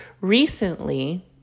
recently